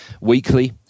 weekly